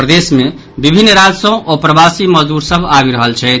प्रदेश मे विभिन्न राज्य सँ अप्रवासी मजदूर सभ आबि रहल छथि